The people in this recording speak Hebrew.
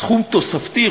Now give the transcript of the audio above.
סכום תוספתי,